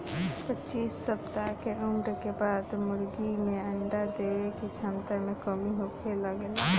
पच्चीस सप्ताह के उम्र के बाद मुर्गी के अंडा देवे के क्षमता में कमी होखे लागेला